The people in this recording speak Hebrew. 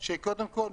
שקודם כל,